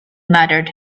muttered